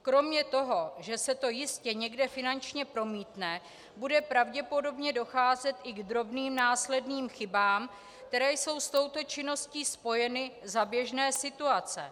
Kromě toho, že se to jistě někde finančně promítne, bude pravděpodobně docházet i k drobným následným chybám, které jsou s touto činností spojeny za běžné situace.